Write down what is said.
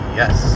yes